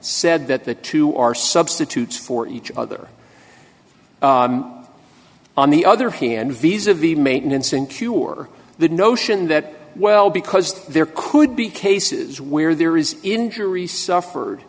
said that the two are substitutes for each other on the other hand viz of the maintenance ensure the notion that well because there could be cases where there is injury suffered